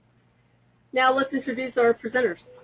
now let's introduce our presenters.